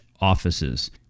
offices